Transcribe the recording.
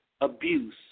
abuse